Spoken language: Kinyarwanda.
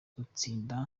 utsinda